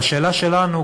והשאלה שלנו,